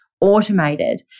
automated